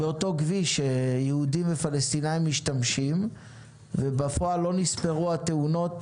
באותו כביש משתמשים יהודים ופלסטינים ובפועל לא נספרו התאונות